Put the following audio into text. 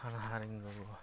ᱦᱟᱱᱦᱟᱨᱤᱧ ᱜᱚᱜᱚ